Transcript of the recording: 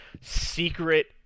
secret